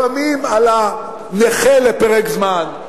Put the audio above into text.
לפעמים על הנכה לפרק זמן,